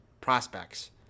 prospects